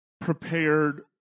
prepared